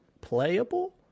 playable